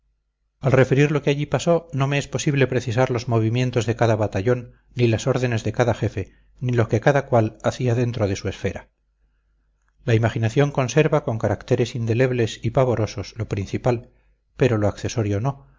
al referir lo que allí pasó no me es posible precisar los movimientos de cada batallón ni las órdenes de cada jefe ni lo que cada cual hacía dentro de su esfera la imaginación conserva con caracteres indelebles y pavorosos lo principal pero lo accesorio no